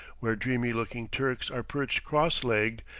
where dreamy-looking turks are perched cross-legged,